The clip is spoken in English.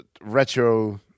retro